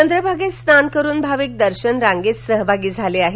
चंद्रभागेत स्नान करून भाविक दर्शनरांगेत सहभागी झाले आहेत